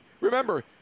Remember